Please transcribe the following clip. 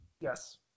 yes